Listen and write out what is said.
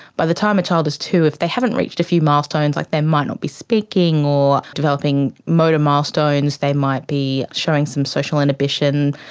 by the time a child is two, if they haven't reached a few milestones, like they might not be speaking or developing motor milestones, they might be showing some social inhibition,